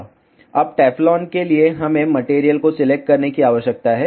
अब टेफ्लॉन के लिए हमें मटेरियल को सिलेक्ट करने की आवश्यकता है